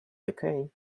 decay